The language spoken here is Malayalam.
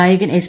ഗായകൻ എസ്